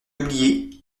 oublié